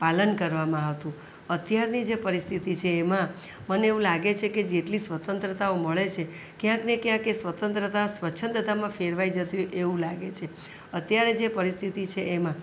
પાલન કરવામાં આવતું અત્યારની જે પરિસ્થિતિ છે એમાં મને એવું લાગે છે કે જેટલી સ્વતંત્રતાઓ મળે છે ક્યાંક ને ક્યાંક એ સ્વતંત્રતા સ્વચ્છંદતામાં ફેરવાઈ જતી હોય એવું લાગે છે અત્યારે જે પરિસ્થિતિ છે એમાં